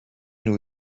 nhw